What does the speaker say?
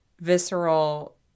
visceral